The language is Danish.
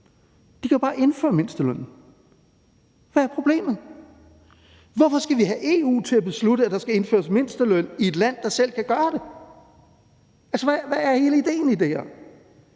De kan jo bare indføre mindstelønnen. Hvad er problemet? Hvorfor skal vi have EU til at beslutte, at der skal indføres mindsteløn i et land, der selv kan gøre det? Hvad er hele idéen i det her?